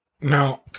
Now